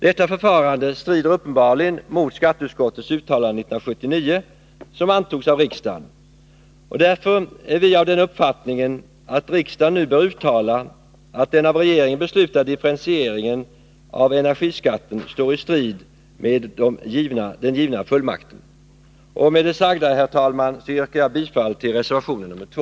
Detta förfarande strider uppenbarligen mot skatteutskottets uttalande 1979 som antogs av riksdagen, och därför är vi av den uppfattningen att riksdagen nu bör uttala att den av regeringen beslutade differentieringen av energiskatten står i strid med den givna fullmakten. Herr talman! Med det sagda yrkar jag bifall till reservation nr 2.